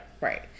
right